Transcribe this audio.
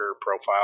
profile